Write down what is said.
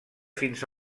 fins